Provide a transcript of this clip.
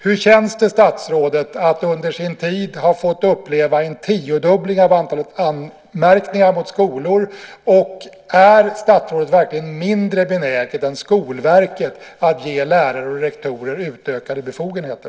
Hur känns det att under sin tid som statsråd ha upplevt en tiodubbling av antalet anmärkningar mot skolor? Är statsrådet verkligen mindre benägen än Skolverket att ge lärare och rektorer utökade befogenheter?